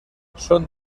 són